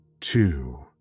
two